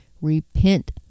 repent